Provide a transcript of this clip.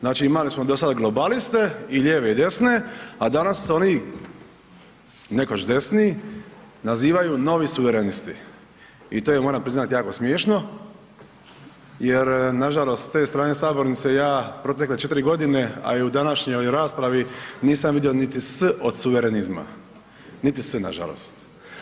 Znači imali smo do sada globaliste, i lijeve i desne, a danas su oni nekoć desni, nazivaju novi suverenisti i to je moram priznat, jako smiješno jer nažalost s te strane sabornice, ja protekle 4 g. a i u današnjoj raspravi, nisam vidio niti „s“ od suverenizma, niti „s“ nažalost.